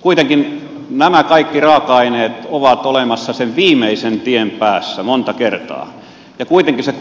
kuitenkin nämä kaikki raaka aineet ovat olemassa sen viimeisen tien päässä monta kertaa ja kuitenkin se